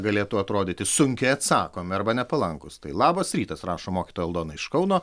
galėtų atrodyti sunkiai atsakomi arba nepalankūs tai labas rytas rašo mokytoja aldona iš kauno